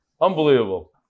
Unbelievable